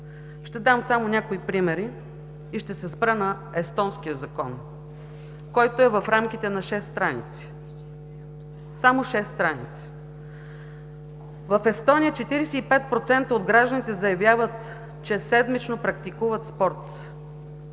Ще дам само някои примери и ще се спра на естонския закон, който е в рамките на шест страници. Само шест страници! В Естония 45% от гражданите заявяват, че седмично практикуват спорт.